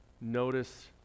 notice